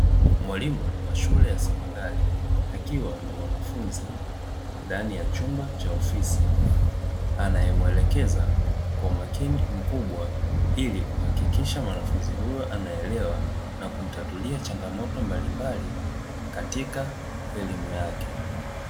Mwalimu wa shule ya sekondari akiwa na mwanafunzi ndani ya chumba cha ofisi, anayemwelekeza kwa umakini mkubwa ili kuhakikisha mwanafunzi huyo anaelewa na kutatulia changamoto mbalimbali katika elimu yake.